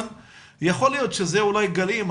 יכול להיות שזה אולי גלים,